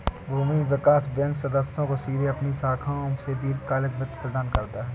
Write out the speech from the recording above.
भूमि विकास बैंक सदस्यों को सीधे अपनी शाखाओं से दीर्घकालिक वित्त प्रदान करता है